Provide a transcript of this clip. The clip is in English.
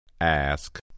Ask